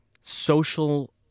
social